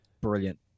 Brilliant